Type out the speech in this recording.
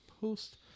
post